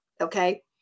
Okay